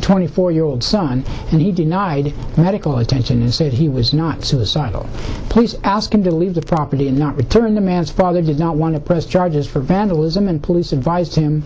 twenty four year old son and he denied medical attention is said he was not suicidal please ask him to leave the property and not return the man's father did not want to press charges for vandalism and police advised him